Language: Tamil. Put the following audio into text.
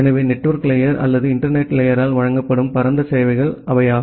எனவே நெட்வொர்க் லேயர் அல்லது இன்டர்நெட் லேயரால் வழங்கப்படும் பரந்த சேவைகள் அவை